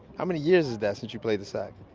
how many years is that since you played the sax?